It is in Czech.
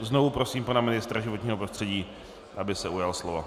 Znovu prosím pana ministra životního prostředí, aby se ujal slova.